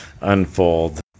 unfold